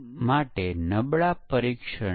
આપેલ કિંમત શું હતી અને શું પરિણામ આવ્યું